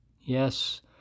Yes